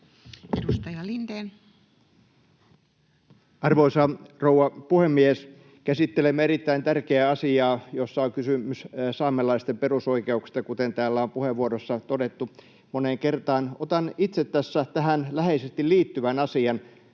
14:41 Content: Arvoisa rouva puhemies! Käsittelemme erittäin tärkeää asiaa, jossa on kysymys saamelaisten perusoikeuksista, kuten täällä on puheenvuoroissa todettu moneen kertaan. Otan itse tässä tähän läheisesti liittyvän asian.